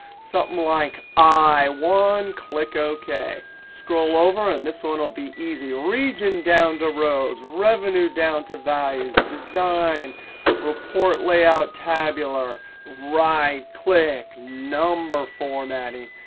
something like i one, click ok. scroll over and this one will be easier. region down the rows, revenue down to values, design report layout, tabular, right click, number formatting.